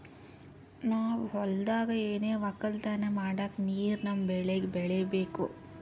ನಾವ್ ಹೊಲ್ದಾಗ್ ಏನೆ ವಕ್ಕಲತನ ಮಾಡಕ್ ನೀರ್ ನಮ್ ಬೆಳಿಗ್ ಬೇಕೆ ಬೇಕು